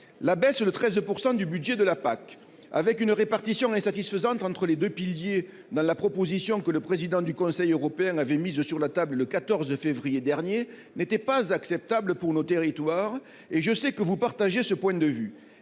La baisse de 13 % du budget de la PAC, avec une répartition insatisfaisante entre les deux piliers dans la proposition que le président du Conseil européen avait mise sur la table le 14 février dernier, n'était pas acceptable pour nos territoires. Et je sais que vous partagez ce point de vue.